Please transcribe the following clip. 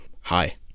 Hi